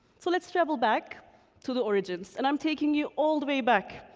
so, let's travel back to the origins, and i'm taking you all the way back,